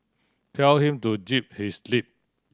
tell him to zip his lip